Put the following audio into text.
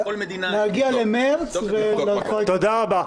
נגיע למרץ --- תודה רבה.